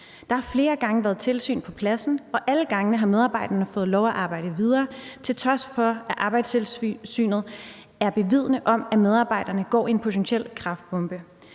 Der har flere gange været tilsyn på pladsen, og alle gangene har medarbejderne fået lov at arbejde videre, til trods for at Arbejdstilsynet er vidende om, at medarbejderne går i en potentiel kræftbombe.